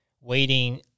waiting